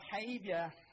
behavior